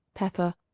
pepper,